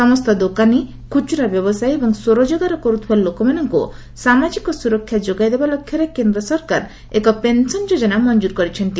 ସମସ୍ତ ଦୋକାନୀ ଖୁଚୁରା ବ୍ୟବସାୟୀ ଏବଂ ସ୍ୱରୋଜଗାର କରୁଥିବା ଲୋକମାନଙ୍କୁ ସାମାଜିକ ସୁରକ୍ଷା ଯୋଗାଇଦେବା ଲକ୍ଷ୍ୟରେ କେନ୍ଦ୍ର ସରକାର ଏକ ପେନ୍ସନ୍ ଯୋଜନା ମଂକ୍କୁର କରିଛନ୍ତି